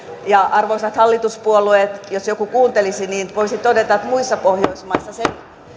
ja arvoisat hallituspuolueet jos joku kuuntelisi niin voisin todeta että muissa pohjoismaissa sen